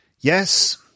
Yes